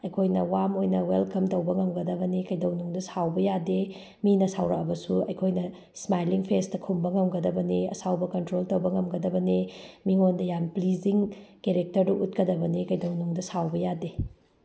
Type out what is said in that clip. ꯑꯩꯈꯣꯏꯅ ꯋꯥꯔꯝ ꯑꯣꯏꯅ ꯋꯦꯜꯂꯀꯝ ꯇꯧꯕ ꯉꯝꯒꯗꯕꯅꯤ ꯀꯩꯗꯧꯅꯨꯡꯗ ꯁꯥꯎꯕ ꯌꯥꯗꯦ ꯃꯤꯅ ꯁꯥꯎꯔꯛꯑꯕꯁꯨ ꯑꯩꯈꯣꯏꯅ ꯏꯁꯃꯥꯏꯂꯤꯡ ꯐꯦꯁꯇ ꯈꯨꯝꯕ ꯉꯝꯒꯗꯕꯅꯤ ꯑꯁꯥꯎꯕ ꯀꯟꯇ꯭ꯔꯣꯜ ꯇꯧꯕ ꯉꯝꯒꯗꯕꯅꯤ ꯃꯤꯡꯑꯣꯟꯗ ꯌꯥꯝ ꯄ꯭ꯂꯤꯖꯤꯡ ꯀꯦꯔꯦꯛꯇꯔꯗꯨ ꯎꯠꯀꯗꯕꯅꯤ ꯀꯩꯗꯧꯅꯨꯡꯗ ꯁꯥꯎꯕ ꯌꯥꯗꯦ